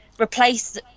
replace